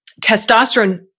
testosterone